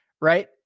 right